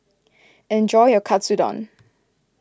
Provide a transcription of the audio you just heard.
enjoy your Katsudon